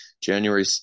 January